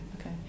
okay